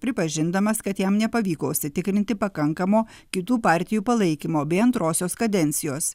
pripažindamas kad jam nepavyko užsitikrinti pakankamo kitų partijų palaikymo bei antrosios kadencijos